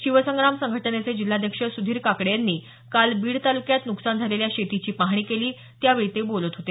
शिवसंग्राम संघटनेचे जिल्हाध्यक्ष सुधीर काकडे यांनी काल बीड तालुक्यात नुकसान झालेल्या शेतीची पाहणी केली त्यावेळी ते बोलत होते